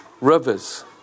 Rivers